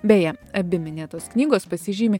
beje abi minėtos knygos pasižymi